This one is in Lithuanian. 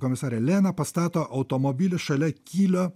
komisarė lena pastato automobilį šalia kylio